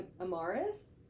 Amaris